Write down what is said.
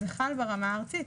אז זה חל ברמה הארצית.